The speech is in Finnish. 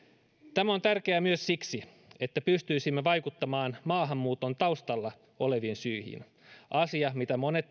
tämä on tärkeää myös siksi että pystyisimme vaikuttamaan maahanmuuton taustalla oleviin syihin asia mitä monet